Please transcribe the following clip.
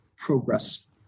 progress